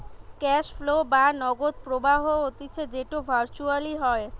cash flow বা নগদ প্রবাহ হতিছে যেটো ভার্চুয়ালি হয়